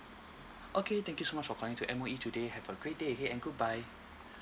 okay thank you so much for calling to M_O_E today have a great day ahead and goodbye